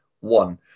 one